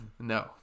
No